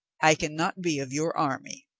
i can not be of your army,